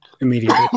immediately